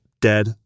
dead